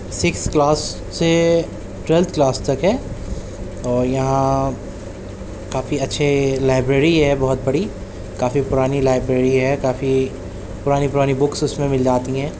six class سے twelfth class تک ہے اور یہاں کافی اچھے لائبریری ہے بہت بڑی کافی پرانی لائبریری ہے کافی پرانی پرانی بکس اس میں مل جاتی ہیں